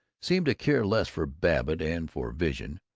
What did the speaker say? seemed to care less for babbitt and for vision,